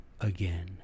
again